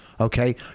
Okay